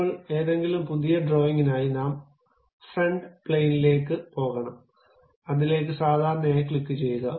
ഇപ്പോൾ ഏതെങ്കിലും പുതിയ ഡ്രോയിംഗിനായി നാം ഫ്രണ്ട് പ്ലെയിനിലേക്കു പോകണം അതിലേക്ക് സാധാരണയായി ക്ലിക്കുചെയ്യുക